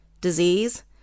disease